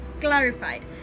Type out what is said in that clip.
clarified